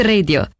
Radio